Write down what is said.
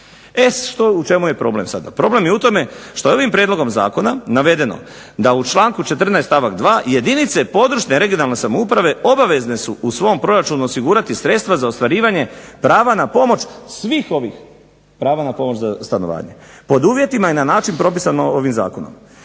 E što, u čemu je problem sada? Problem je u tome što je ovim prijedlogom zakona navedeno da u članku 14. stavak 2. jedinice područne i regionalne samouprave obavezne su u svom proračunu osigurati sredstva za ostvarivanje prava na pomoć svih ovih prava na pomoć za stanovanje, pod uvjetima i na način propisano ovim zakonom.